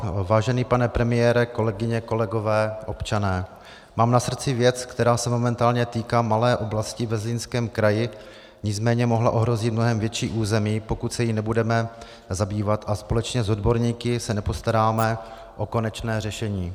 Vážený pane premiére, kolegyně, kolegové, občané, mám na srdci věc, která se momentálně týká malé oblasti ve Zlínském kraji, nicméně by mohla ohrozit mnohem větší území, pokud se jí nebudeme zabývat a společně s odborníky se nepostaráme o konečné řešení.